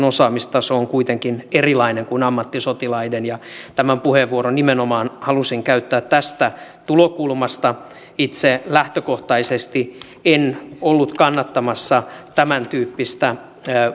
osaamistaso on kuitenkin erilainen kuin ammattisotilaiden ja tämän puheenvuoron nimenomaan halusin käyttää tästä tulokulmasta itse lähtökohtaisesti en ollut kannattamassa tämäntyyppistä